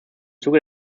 zuge